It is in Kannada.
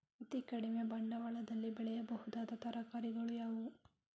ಅತೀ ಕಡಿಮೆ ಬಂಡವಾಳದಲ್ಲಿ ಬೆಳೆಯಬಹುದಾದ ತರಕಾರಿಗಳು ಯಾವುವು?